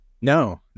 No